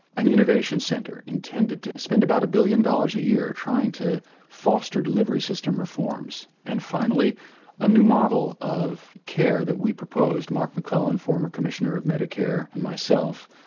an innovation centre intended to spend about a billion dollars a year trying to foster delivery system reforms and finally a new model of care that we proposed, mark mcclellan former commissioner of medicare and myself,